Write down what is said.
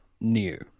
new